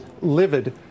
livid